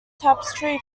tapestry